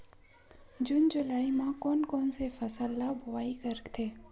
जून जुलाई म कोन कौन से फसल ल बोआई करथे?